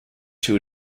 two